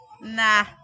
Nah